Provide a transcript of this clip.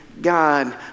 God